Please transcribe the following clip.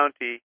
county